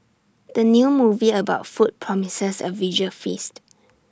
the new movie about food promises A visual feast